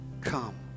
Come